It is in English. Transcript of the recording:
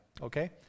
Okay